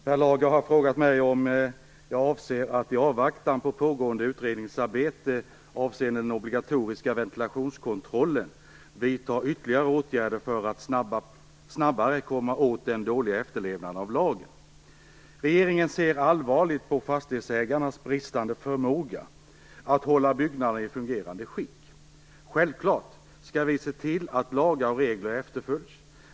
Herr talman! Per Lager har frågat mig om jag avser att, i avvaktan på pågående utredningsarbete avseende den obligatoriska ventilationskontrollen, vidta ytterligare åtgärder för att snabbare komma åt den dåliga efterlevnaden av lagen. Regeringen ser allvarligt på fastighetsägarnas bristande förmåga att hålla byggnaderna i ett fungerande skick. Självfallet skall vi se till att lagar och regler efterföljs.